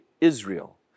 Israel